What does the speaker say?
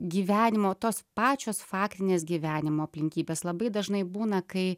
gyvenimo tos pačios faktinės gyvenimo aplinkybės labai dažnai būna kai